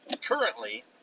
currently